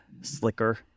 slicker